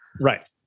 Right